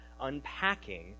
unpacking